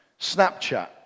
Snapchat